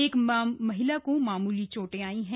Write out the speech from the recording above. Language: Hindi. एक महिला को मामूली चोटें आयी हैं